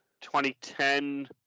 2010